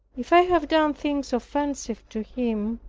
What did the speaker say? if i have done things offensive to him,